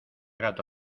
gato